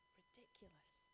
ridiculous